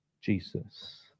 Jesus